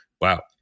Wow